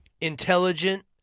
intelligent